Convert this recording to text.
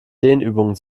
dehnübungen